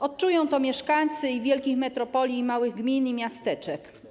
Odczują to mieszkańcy i wielkich metropolii, i małych gmin, i miasteczek.